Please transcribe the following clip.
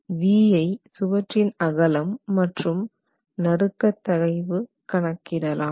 V ஐ சுவற்றின் அகலம் மற்றும் நறுக்கத் தகைவு கணக்கிடலாம்